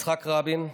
יצחק רבין,